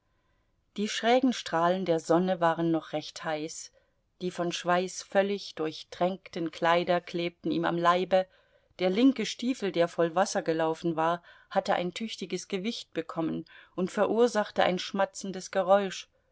die schrägen strahlen der sonne waren noch recht heiß die von schweiß völlig durchtränkten kleider klebten ihm am leibe der linke stiefel der voll wasser gelaufen war hatte ein tüchtiges gewicht bekommen und verursachte ein schmatzendes geräusch